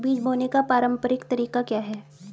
बीज बोने का पारंपरिक तरीका क्या है?